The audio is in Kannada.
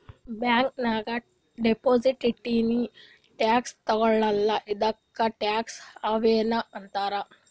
ಬ್ಯಾಂಕ್ ನಾಗ್ ಡೆಪೊಸಿಟ್ ಇಟ್ಟುರ್ನೂ ಟ್ಯಾಕ್ಸ್ ತಗೊಳಲ್ಲ ಇದ್ದುಕೆ ಟ್ಯಾಕ್ಸ್ ಹವೆನ್ ಅಂತಾರ್